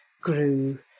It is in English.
grew